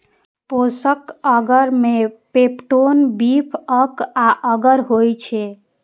पोषक अगर मे peptone, beef अर्क आ अगर होइ छै